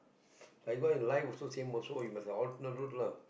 like even in life also same also you must have alternate route lah